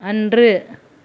அன்று